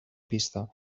pista